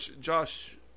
Josh